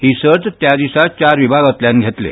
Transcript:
ही सर्त त्या दिसा चार विभागांतल्यान घेतले